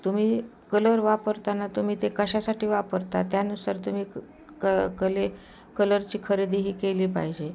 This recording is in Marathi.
तुम्ही कलर वापरताना तुमी ते कशासाठी वापरता त्यानुसार तुम्ही क क कले कलरची खरेदी ही केली पाहिजे